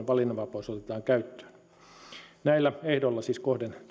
valinnanvapaus näillä ehdoilla siis